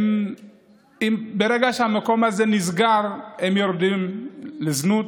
ברגע שהמקום הזה נסגר, יורדות לזנות,